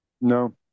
No